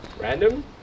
Random